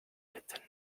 written